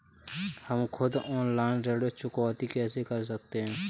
हम खुद ऑनलाइन ऋण चुकौती कैसे कर सकते हैं?